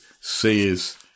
says